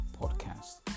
podcast